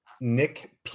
Nick